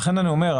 לכן אני אומר,